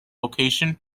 location